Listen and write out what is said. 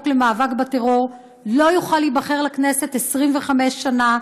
למאבק בטרור לא יוכל להיבחר לכנסת 25 שנה,